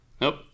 Nope